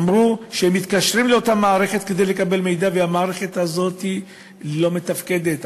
אמרו שהם מתקשרים לאותה מערכת כדי לקבל מידע והמערכת הזאת לא מתפקדת,